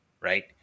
Right